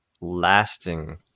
...lasting